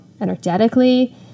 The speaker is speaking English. energetically